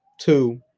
two